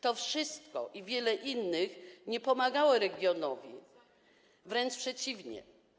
To wszystko - i wiele innych rzeczy - nie pomagało regionom, wręcz przeciwnie.